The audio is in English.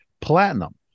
platinum